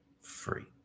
free